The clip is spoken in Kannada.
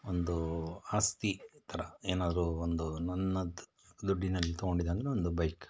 ಒಂದು ಆಸ್ತಿ ಥರ ಏನಾದರೂ ಒಂದು ನನ್ನದು ದುಡ್ಡಿನಲ್ಲಿ ತಗೊಂಡಿದ್ದೆ ಅಂದರೆ ಒಂದು ಬೈಕ್